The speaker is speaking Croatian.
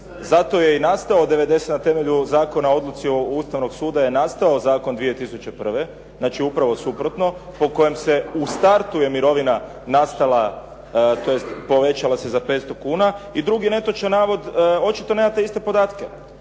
zato je i nastao, na temelju Zakona o odluci Ustavnog suda je nastao zakon 2001., znači upravo suprotno, po kojem u startu mirovina se povećala za 500 kuna. I drugi netočan navod, očito nemate iste podatke.